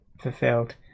fulfilled